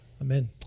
Amen